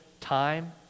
time